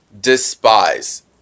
despise